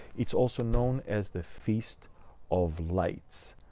it's also known as the feast of lights.